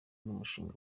n’umushinga